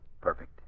Perfect